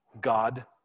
God